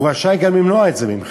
הוא רשאי למנוע את זה ממך.